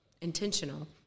intentional